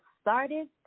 started